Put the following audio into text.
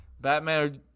Batman